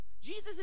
Jesus